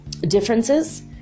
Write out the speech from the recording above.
differences